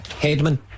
Headman